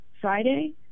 Friday